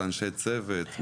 אנשי צוות,